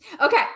Okay